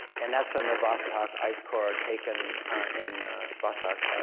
and that's when the vostok ice-core taken in vostok,